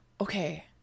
Okay